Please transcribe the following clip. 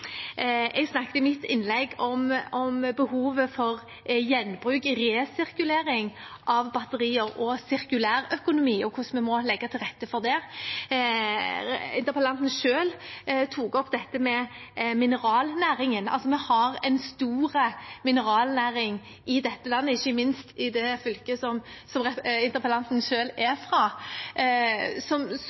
Jeg snakket i mitt innlegg om behovet for gjenbruk, resirkulering av batterier, sirkulærøkonomi og hvordan vi må legge til rette for det. Interpellanten selv tok opp dette med mineralnæringen. Vi har en stor mineralnæring i dette landet, ikke minst i det fylket som interpellanten selv er fra,